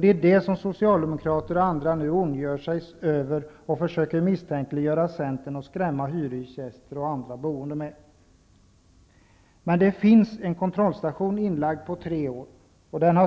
Det är det som Socialdemokraterna och andra nu ondgör sig över och försöker misstänkliggöra Centern för och skrämma hyresgäster och andra boende med. Men det finns en kontrollstation inlagd om tre år.